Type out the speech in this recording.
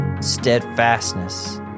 Steadfastness